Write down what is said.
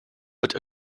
would